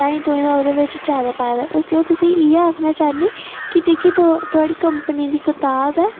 ताहीं तुआहीं दा ओह्दे च जादै पाए दा ऐ इस लेई अं'ऊ तुसें ई इ'यै आक्खना चाह्न्नी कि जेह्की थुआढ़ी कंपनी दी कताब ऐ